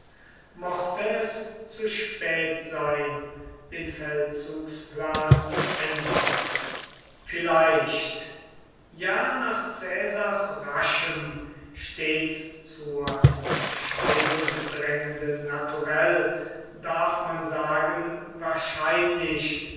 mochte es zu spät sein den feldzugsplan zu ändern vielleicht ja nach caesars raschem stets zur entscheidung drängenden naturell darf man sagen wahrscheinlich